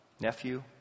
Nephew